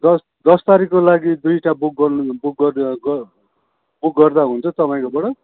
दस दस तारिकको लागि दुइटा बुक गर्नु बुक बुक गर्दा हुन्छ तपाईँकोबाट